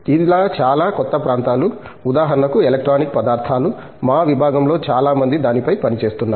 ఇలా చాలా కొత్త ప్రాంతాలు ఉదాహరణకు ఎలక్ట్రానిక్ పదార్థాలు మా విభాగంలో చాలా మంది దానిపై పనిచేస్తున్నారు